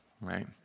right